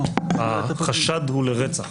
החשד הוא לרצח.